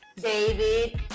David